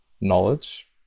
knowledge